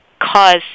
cause